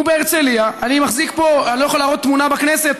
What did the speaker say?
בהרצליה, אני לא יכול להראות תמונה בכנסת,